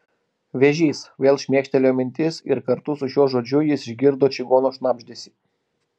vėžys vėl šmėkštelėjo mintis ir kartu su šiuo žodžiu jis išgirdo čigono šnabždesį